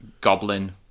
Goblin